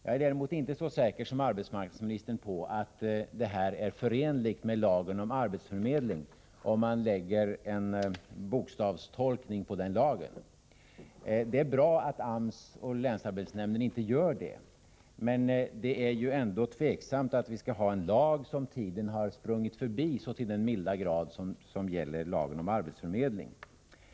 Jag är däremot inte så säker som arbetsmarknadsministern på att verksamheten är förenlig med vad som sägs i lagen om arbetsförmedling — åtminstone inte om man tolkar lagen bokstavligt. Det är bra att AMS och länsarbetsnämnden inte tolkar lagen så, men det är ändå tveksamt om vi skall ha en lag som tiden så till den milda grad har sprungit ifrån som när det gäller lagen om arbetsförmedling.